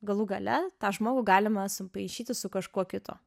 galų gale tą žmogų galima sumaišyti su kažkuo kitu